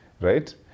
right